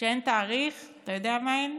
כשאין תאריך, אתה יודע מה אין?